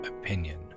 opinion